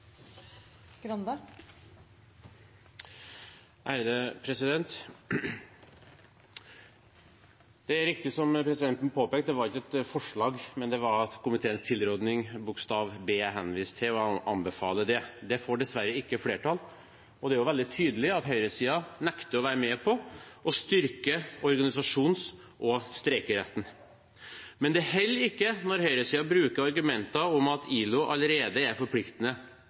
riktig som presidenten påpekte, det var ikke et forslag, men komiteens tilråding bokstav B jeg henviste til og anbefaler. Den får dessverre ikke flertall. Det er veldig tydelig at høyresiden nekter å være med på å styrke organisasjons- og streikeretten, men det holder ikke når høyresiden bruker argumenter om at ILO allerede er forpliktende